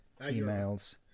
emails